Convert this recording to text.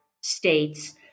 states